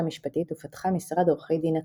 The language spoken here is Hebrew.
משפטית ופתחה משרד עורכי דין עצמאי.